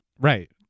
Right